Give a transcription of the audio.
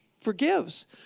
forgives